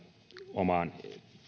omaan